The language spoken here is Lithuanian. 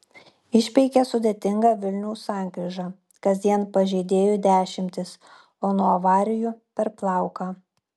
išpeikė sudėtingą vilniaus sankryžą kasdien pažeidėjų dešimtys o nuo avarijų per plauką